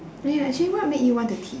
oh ya actually what made you want to teach